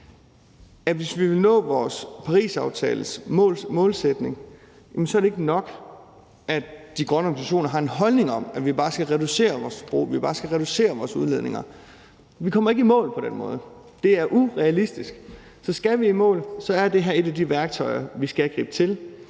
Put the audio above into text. hvis vi vil nå vores Parisaftales målsætning, er det ikke nok, at de grønne organisationer har en holdning om, at vi bare skal reducere vores forbrug, at vi bare skal reducere vores udledninger. Vi kommer ikke i mål på den måde. Det er urealistisk. Så skal vi i mål, er det her et af de værktøjer, vi skal gribe til,